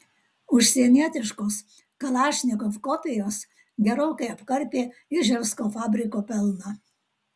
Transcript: užsienietiškos kalašnikov kopijos gerokai apkarpė iževsko fabriko pelną